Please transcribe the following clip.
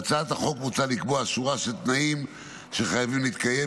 בהצעת החוק מוצע לקבוע שורה של תנאים שחייבים להתקיים,